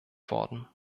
worden